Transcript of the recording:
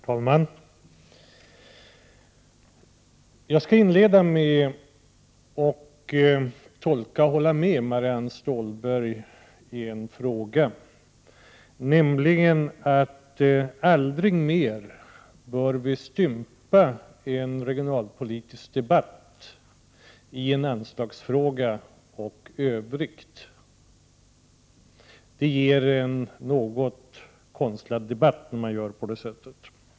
Herr talman! Jag skall inleda med att tolka och hålla med Marianne Stålberg i en fråga, när hon säger att vi aldrig mer bör stympa en regionalpolitisk debatt i dels en handelsfråga, dels övrigt. Att göra på det sättet ger en något konstlad debatt.